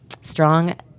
Strong